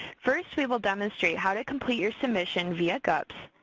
first, we will demonstrate how to complete your submission via gups,